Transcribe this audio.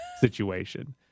situation